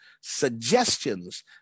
suggestions